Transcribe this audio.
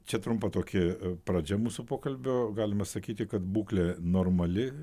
čia trumpa tokia pradžia mūsų pokalbio galima sakyti kad būklė normali